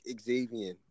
Xavier